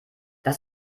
das